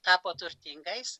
tapo turtingais